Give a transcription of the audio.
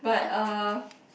but uh